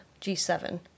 G7